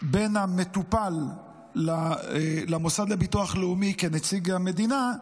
בין המטופל למוסד לביטוח לאומי כנציג המדינה,